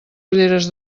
ulleres